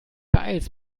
beeilst